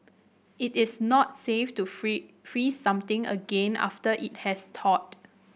it is not safe to free freeze something again after it has thawed